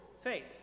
Faith